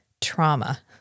trauma